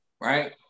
right